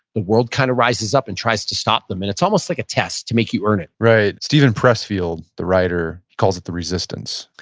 the world kind of rises up and tries to stop them. and it's almost like a test to make you earn it right. steven pressfield, the writer calls it the resistance.